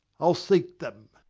i'll seek them.